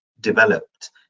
developed